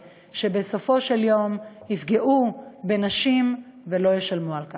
שבסופו של יום יפגעו בנשים ולא ישלמו על כך.